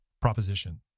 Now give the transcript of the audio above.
proposition